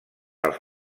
als